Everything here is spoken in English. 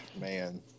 man